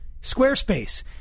Squarespace